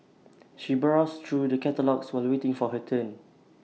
she browsed through the catalogues while waiting for her turn